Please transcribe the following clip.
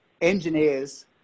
engineers